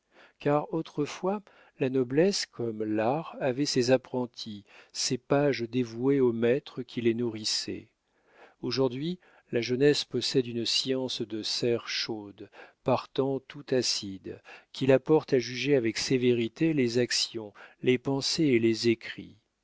car autrefois la noblesse comme l'art avait ses apprentis ses pages dévoués aux maîtres qui les nourrissaient aujourd'hui la jeunesse possède une science de serre chaude partant tout acide qui la porte à juger avec sévérité les actions les pensées et les écrits